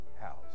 house